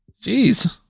Jeez